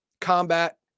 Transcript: combat